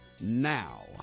now